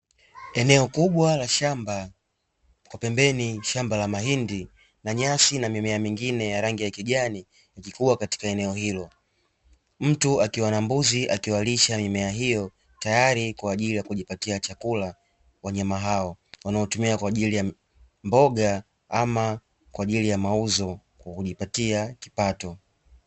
Eneo kubwa la shamba kwa pembeni shamba la mahindi na nyasi na mimea mingine ya rangi ya kijani yakikua katika eneo hilo, mtu akiwa na mbuzi akiwalisha mimea hiyo tayari kwa ajili ya kujipatia chakula wanyama hao wanaotumika kwa ajili ya mboga ama kwa ajili ya mauzo kwa kujipatia kipato.